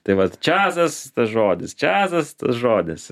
tai vat čiazas tas žodis čiazas tas žodis